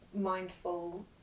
mindful